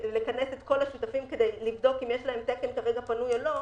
לכנס את כל השותפים כדי לבדוק אם יש להם תקן פנוי או לא,